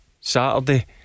Saturday